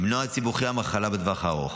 כדי למנוע את סיבוכי המחלה בטווח הארוך.